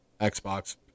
xbox